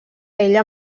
ella